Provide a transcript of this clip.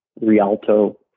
Rialto